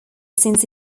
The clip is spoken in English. since